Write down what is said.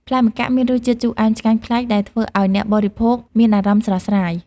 ផ្លែម្កាក់មានរសជាតិ ជូរអែម ឆ្ងាញ់ប្លែក ដែលធ្វើឲ្យអ្នកបរិភោគមានអារម្មណ៍ស្រស់ស្រាយ។